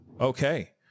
Okay